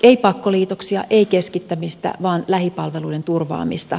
ei pakkoliitoksia ei keskittämistä vaan lähipalveluiden turvaamista